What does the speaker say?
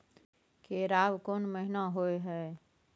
केराव कोन महीना होय हय?